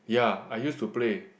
ya I used to play